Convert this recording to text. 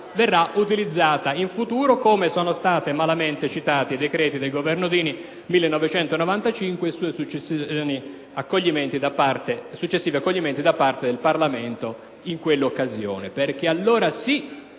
verrà utilizzata in futuro, come sono stati malamente citati i decreti del Governo Dini del 1995 ed i loro successivi accoglimenti da parte del Parlamento in quell'occasione.